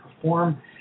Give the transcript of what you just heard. perform